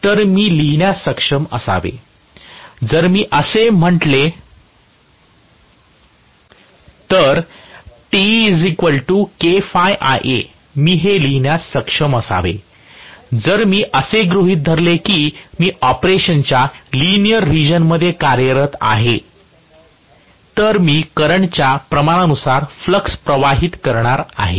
तर मी लिहिण्यास सक्षम असावे जर मी असे म्हटले तर मी हे लिहिण्यास सक्षम असावे जर मी असे गृहित धरले की मी ऑपरेशनच्या लिनिअर रीजन मध्ये कार्यरत आहे तर मी करंट च्या प्रमाणानुसार फ्लक्स प्रवाहित करणार आहे